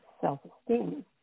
self-esteem